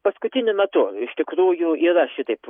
paskutiniu metu iš tikrųjų yra šitaip